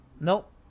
Nope